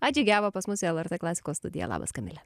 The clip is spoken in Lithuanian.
atžygiavo pas musį lrt klasikos studiją labas kamile